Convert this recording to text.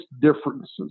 differences